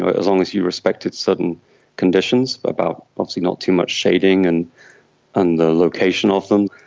ah as long as you respected certain conditions about possibly not too much shading and and the location of them.